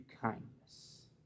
kindness